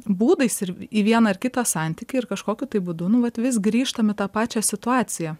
būdais ir į vieną ar kitą santykį ir kažkokiu tai būdu nu vat vis grįžtam į tą pačią situaciją